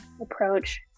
approach